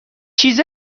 چیز